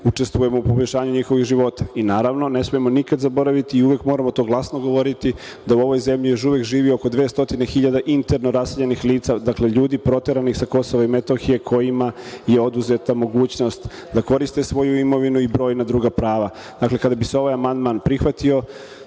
učestvujemo u poboljšanju njihovih života. Naravno, ne smemo nikada zaboraviti i uvek moramo to glasno govoriti da u ovoj zemlji još uvek živi oko 200.000 interno raseljenih lica, dakle, ljudi proteranih sa KiM kojima je oduzeta mogućnost da koriste svoju imovinu i brojna druga prava. Dakle, kada bi se ovaj amandman prihvatio,